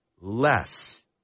less